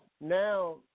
now